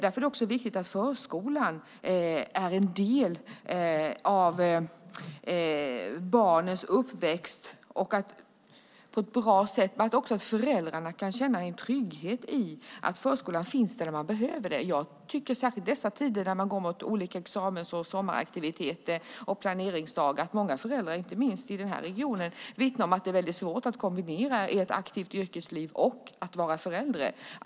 Därför är det viktigt att förskolan är en del av barnens uppväxt och också att föräldrarna kan känna en trygghet i att förskolan finns där när man behöver den. Särskilt i dessa tider med olika examens och sommaraktiviteter och planeringsdagar är det många föräldrar, inte minst i den här regionen, som vittnar om att det är väldigt svårt att kombinera ett aktivt yrkesliv med att vara förälder.